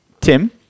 Tim